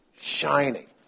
shining